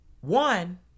one